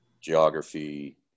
geography